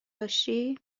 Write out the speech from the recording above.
داشتی